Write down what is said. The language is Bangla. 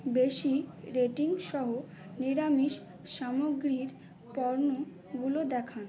বেশি রেটিংসহ নিরামিষ সামগ্রীর পণগুলো দেখান